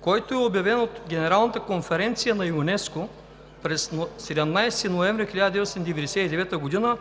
който е обявен от Генералната конференция на ЮНЕСКО на 17 ноември 1999 г.